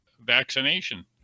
vaccination